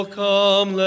come